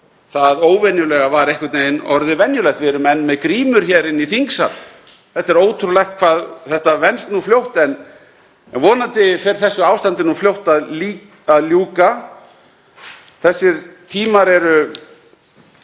það óvenjulega var einhvern veginn orðið venjulegt. Við erum enn með grímur hér inni í þingsal. Það er ótrúlegt hvað þetta venst nú fljótt en vonandi fer þessu ástandi fljótt að ljúka. Þessir tímar eru